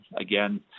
again